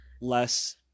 less